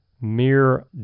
mere